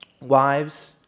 wives